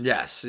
Yes